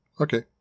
Okay